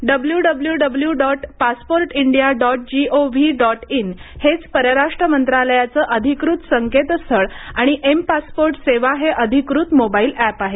डब्लुडब्लुडब्लु dot passport India dot GOV dot in हेच परराष्ट्र मंत्रालयाचे अधिकृत संकेतस्थळ आणि एमपासपोर्टसेवा हे अधिकृत मोबाईल एप आहे